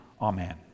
amen